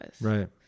Right